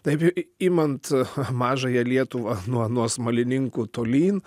taip imant mažąją lietuvą nuo nuo smalininkų tolyn